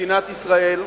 למדינת ישראל.